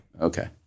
Okay